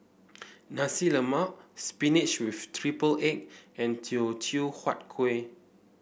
Nasi Lemak spinach with triple egg and Teochew Huat Kuih